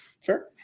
Sure